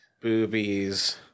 boobies